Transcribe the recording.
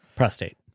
prostate